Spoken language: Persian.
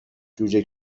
جوجه